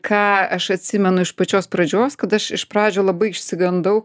ką aš atsimenu iš pačios pradžios kad aš iš pradžių labai išsigandau